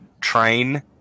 train